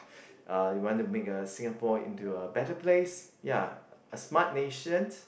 uh we want to make Singapore into a better place ya a smart nation